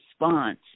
response